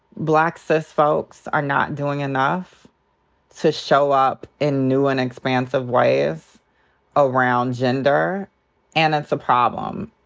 black cis folks are not doing enough to show up in new and expansive ways around gender and it's a problem.